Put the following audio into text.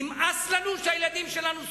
נמאס לנו שהילדים שלנו סובלים.